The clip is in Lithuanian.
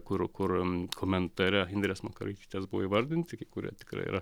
kur kur komentare indrės makaraitytės buvo įvardinti kai kurie tikrai yra